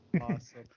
awesome